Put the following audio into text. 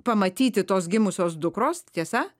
pamatyti tos gimusios dukros tiesa